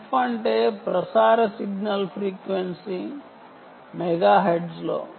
f అంటే ప్రసార signal frequency మెగాహెర్ట్జ్లో